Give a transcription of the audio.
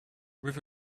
with